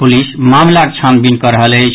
police मामिलाक छानबीन कऽ रहल अछि